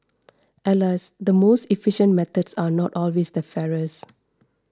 alas the most efficient methods are not always the fairest